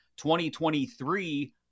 2023